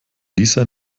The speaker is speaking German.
lisa